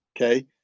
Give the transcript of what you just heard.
Okay